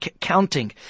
counting